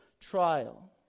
trial